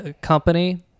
company